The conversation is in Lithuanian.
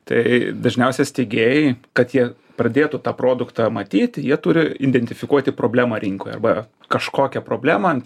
tai dažniausia steigėjai kad jie pradėtų tą produktą matyt jie turi identifikuoti problemą rinkoje arba kažkokią problemą